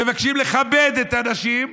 מבקשים לכבד את הנשים,